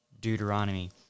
Deuteronomy